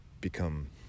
become